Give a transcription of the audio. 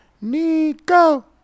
Nico